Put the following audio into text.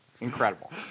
Incredible